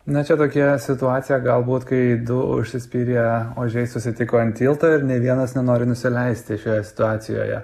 na čia tokia situacija galbūt kai du užsispyrę ožiai susitiko ant tilto ir ne vienas nenori nusileisti šioje situacijoje